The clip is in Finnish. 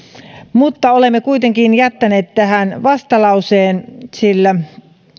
mutta olemme kuitenkin jättäneet tähän vastalauseen sillä